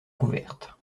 couverte